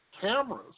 cameras